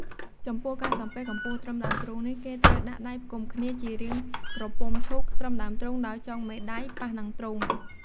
ចំពោះការសំពះកម្ពស់ត្រឹមដើមទ្រូងនេះ គេត្រូវដាក់ដៃផ្គុំគ្នាជារាងក្រពុំឈូកត្រឹមដើមទ្រូង ដោយចុងមេដៃប៉ះនឹងទ្រូង។